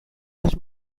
los